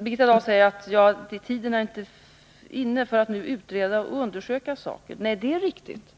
Birgitta Dahl säger att tiden nu inte är inne att utreda och undersöka saken. Nej, det är riktigt.